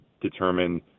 determine